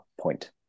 point